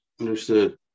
understood